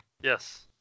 Yes